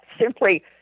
simply